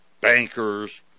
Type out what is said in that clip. Bankers